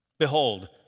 Behold